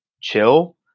chill